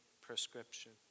prescription